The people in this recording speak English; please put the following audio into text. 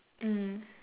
mm